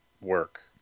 work